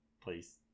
Please